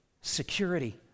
security